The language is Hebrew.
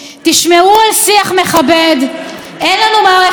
לא יכול